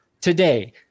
Today